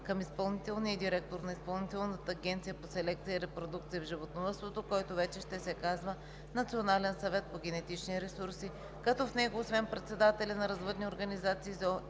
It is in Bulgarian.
към изпълнителния директор на Изпълнителната агенция по селекция и репродукция в животновъдството, който вече ще се казва Национален съвет по генетични ресурси, като в него, освен председатели на развъдни организации и